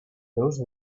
those